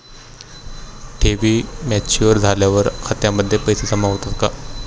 ठेवी मॅच्युअर झाल्यावर खात्यामध्ये पैसे जमा होतात का?